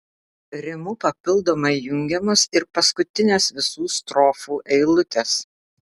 rimu papildomai jungiamos ir paskutinės visų strofų eilutės